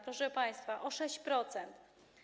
Proszę państwa, o 6%.